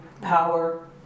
power